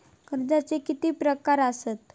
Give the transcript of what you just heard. कर्जाचे किती प्रकार असात?